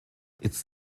its